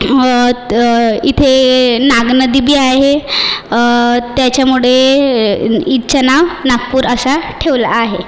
इथे नागनदी बी आहे त्याच्यामुळे हिचं नाव नागपूर असं ठेवलं आहे